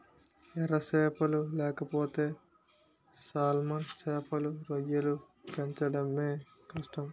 ఎర సేపలు లేకపోతే సాల్మన్ సేపలు, రొయ్యలు పెంచడమే కష్టం